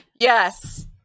Yes